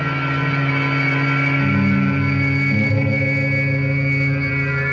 the